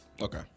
Okay